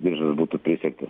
diržas būtų prisegtas